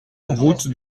route